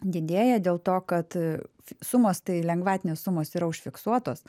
didėja dėl to kad sumos tai lengvatinės sumos yra užfiksuotos